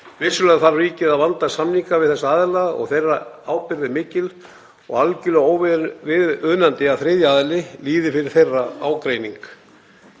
Vissulega þarf ríkið að vanda samninga við þessa aðila og þeirra ábyrgð er mikil og algerlega óviðunandi að þriðji aðili líði fyrir þeirra ágreining.